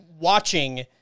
watching